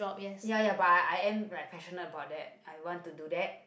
ya ya but I am like passionate about that I want to do that